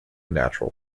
natural